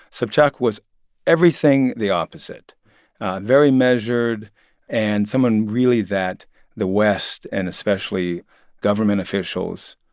sobchak was everything the opposite very measured and someone, really, that the west and especially government officials,